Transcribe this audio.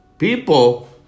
People